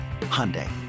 Hyundai